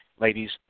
Ladies